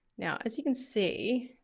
now, as you can see,